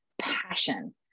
passion